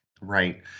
Right